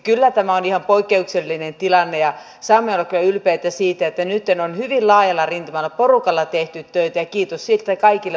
kyllä tämä on ihan poikkeuksellinen tilanne ja saamme olla kyllä ylpeitä siitä että nytten on hyvin laajalla rintamalla porukalla tehty töitä ja kiitos siitä kaikille osallisille